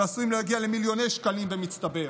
ועשויים להגיע למיליוני שקלים במצטבר.